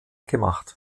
gemacht